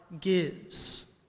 gives